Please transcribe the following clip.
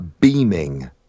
Beaming